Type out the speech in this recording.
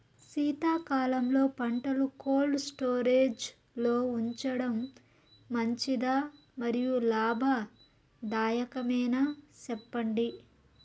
శీతాకాలంలో పంటలు cold storage లో ఉంచడం మంచిదా? మరియు లాభదాయకమేనా, సెప్పండి